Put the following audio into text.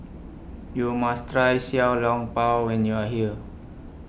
YOU must Try Xiao Long Bao when YOU Are here